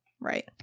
Right